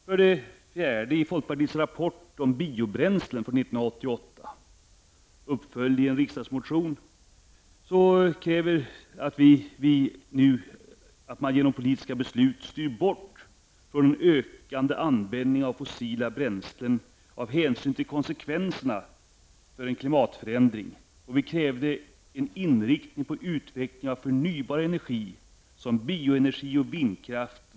För det fjärde krävde folkpartiet i sin rapport om biobränslen från 1988, uppföljd i en riksdagsmotion, att man genom politiska beslut skulle styra bort från den ökande användningen av fossila bränslen av hänsyn till konsekvenserna för en klimatförändring. Vi krävde en inriktning på utveckling av förnybar energi såsom bioenergi och vindkraft.